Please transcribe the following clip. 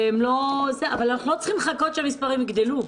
אבל אנחנו לא צריכים לחכות שהמספרים יגדלו.